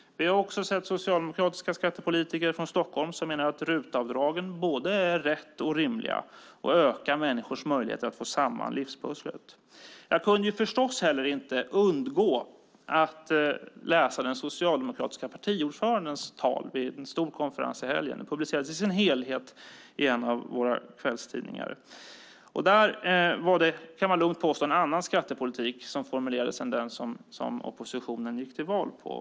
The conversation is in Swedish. Vi har sett socialdemokratiska skattepolitiker från Stockholm som menar att RUT-avdraget är både rätt och rimligt och ökar människors möjlighet att få ihop livspusslet. Jag kunde naturligtvis inte undgå att läsa det tal som den socialdemokratiska partiordföranden höll vid en stor konferens i helgen. Det publicerades i sin helhet i en av våra kvällstidningar. Där formulerades en annan skattepolitik än den som oppositionen gick till val på.